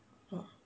!wah!